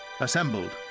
assembled